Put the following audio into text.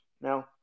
No